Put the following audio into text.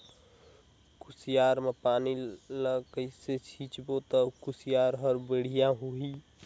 कुसियार मा पानी ला कइसे सिंचबो ता कुसियार हर बेडिया होही?